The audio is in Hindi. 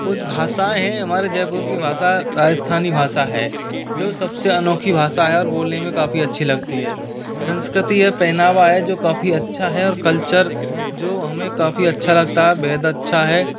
कुछ भाषाएं हैं हमारे जयपुर की भाषा राजस्थानी भाषा है जो सबसे अनोखी भाषा है और बोलने में काफ़ी अच्छी लगती है संस्कृति है पहनावा है जो काफ़ी अच्छा है और कल्चर जो हमें काफ़ी अच्छा लगता है बेहद अच्छा है